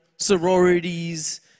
sororities